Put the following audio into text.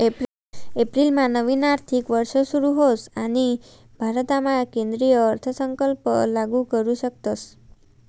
एप्रिलमा नवीन आर्थिक वर्ष सुरू होस आणि भारतामा केंद्रीय अर्थसंकल्प लागू करू शकतस